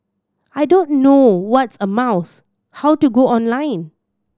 I don't know what's a mouse how to go online